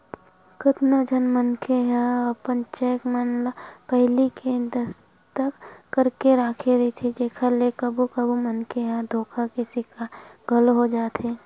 कतको झन मनखे मन ह अपन चेक मन म पहिली ले दस्खत करके राखे रहिथे जेखर ले कभू कभू मनखे ह धोखा के सिकार घलोक हो जाथे